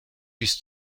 bis